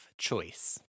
choice